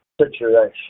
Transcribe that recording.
situation